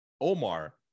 Omar